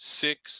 six